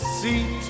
seat